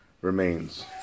remains